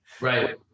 Right